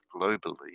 globally